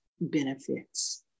benefits